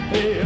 Hey